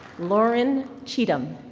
lauren cheatham.